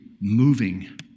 moving